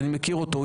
אני מכיר אותו.